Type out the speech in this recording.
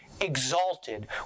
exalted